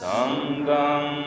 Sangam